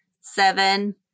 Seven